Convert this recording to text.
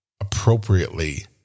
appropriately